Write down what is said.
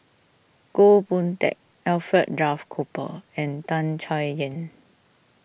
Goh Boon Teck Alfred Duff Cooper and Tan Chay Yan